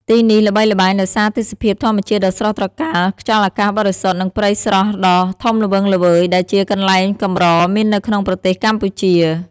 ទីនេះល្បីល្បាញដោយសារទេសភាពធម្មជាតិដ៏ស្រស់ត្រកាល ខ្យល់អាកាសបរិសុទ្ធ និងព្រៃស្រល់ដ៏ធំល្វឹងល្វើយ ដែលជាកន្លែងកម្រមាននៅក្នុងប្រទេសកម្ពុជា។